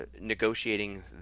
Negotiating